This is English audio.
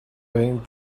paint